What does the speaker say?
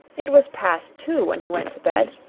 it was past two when he went to bed.